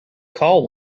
call